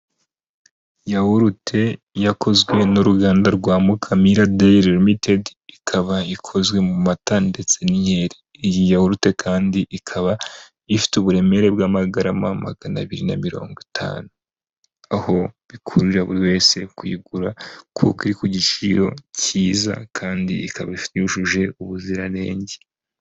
Yawurute yakozwe n'uruganda rwa Mukamira dairy ltd, ikaba ikozwe mu mata ndetse n'inyeri. Iyi yawurute kandi ikaba ifite uburemere bw'amagarama magana abiri na mirongo itanu, aho bikururira buri wese kuyigura kuko iri ku giciro cyiza kandi ikaba yujuje ubuziranenge.